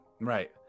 Right